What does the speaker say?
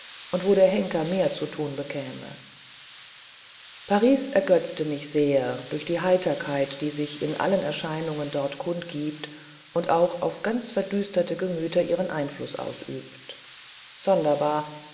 und wo der henker mehr zu tun bekäme paris ergötzte mich sehr durch die heiterkeit die sich in allen erscheinungen dort kundgibt und auch auf ganz verdüsterte gemüter ihren einfluß ausübt sonderbar